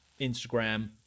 Instagram